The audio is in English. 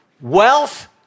Wealth